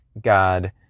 God